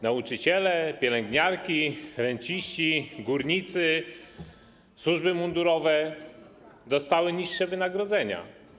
Nauczyciele, pielęgniarki, renciści, górnicy, służby mundurowe dostali niższe wynagrodzenia.